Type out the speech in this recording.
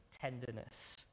tenderness